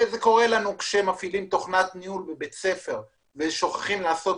זה קורה כשמפעילים תוכנת ניהול בבית ספר ושוכחים לעשות